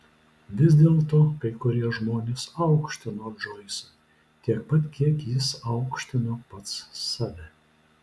vis dėlto kai kurie žmonės aukštino džoisą tiek pat kiek jis aukštino pats save